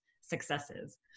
successes